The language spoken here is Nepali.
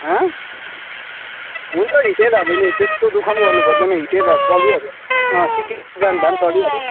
हँ हुन्छ हिटै भए पनि त्यस्तो दु ख पनि गर्नु पर्दैन हिटै भए चलिहाल्छ अँ सिक्किम ब्रान्ड भए पनि चलिहाल्यो